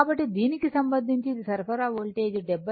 కాబట్టి దీనికి సంబంధించి ఇది సరఫరా వోల్టేజ్ 70